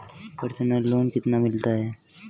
Personal loan कितना मिलता है?